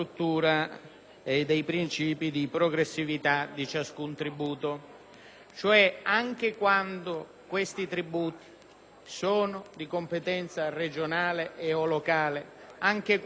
Anche quando sono di competenza regionale e/o locale, anche quando riguardano l'autonomia ampia che si dà ai Comuni, alle Province,